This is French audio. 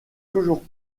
toujours